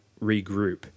regroup